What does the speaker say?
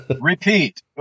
repeat